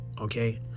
okay